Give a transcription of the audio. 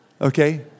okay